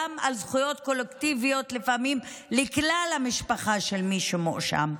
לפעמים גם על זכויות קולקטיביות לכלל המשפחה של מי שמואשם.